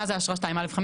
מה זה אשרה 2א'5?